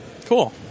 Cool